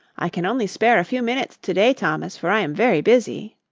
i can only spare a few minutes to-day, thomas, for i am very busy.